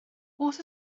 oes